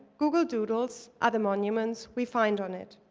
google doodles are the monuments we find on it.